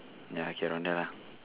ya K around there lah